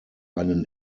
einen